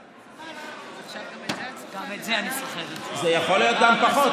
--- זה יכול להיות גם פחות.